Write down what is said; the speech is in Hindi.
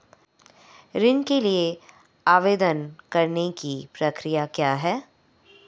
ऋण के लिए आवेदन करने की प्रक्रिया क्या है?